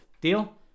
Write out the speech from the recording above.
deal